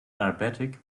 diabetic